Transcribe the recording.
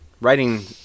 Writing